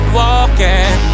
walking